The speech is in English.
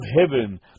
heaven